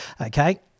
Okay